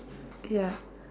ya